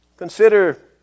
Consider